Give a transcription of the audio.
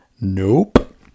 Nope